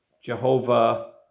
Jehovah